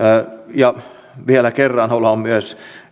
vielä kerran haluan myös